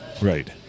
Right